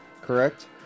correct